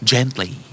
Gently